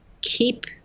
keep